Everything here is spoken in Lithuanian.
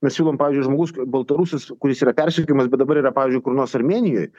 mes siūlom pavyzdžiui žmogus baltarusis kuris yra persekiojamas bet dabar yra pavyzdžiui kur nors armėnijoj